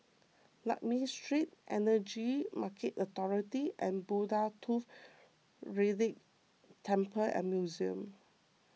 Lakme Street Energy Market Authority and Buddha Tooth Relic Temple and Museum